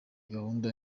gahunda